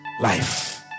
life